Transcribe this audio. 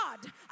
God